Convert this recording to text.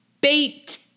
Bait